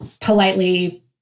politely